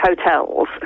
hotels